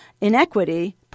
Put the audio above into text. inequity